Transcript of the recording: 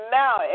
now